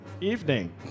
evening